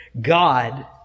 God